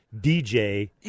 DJ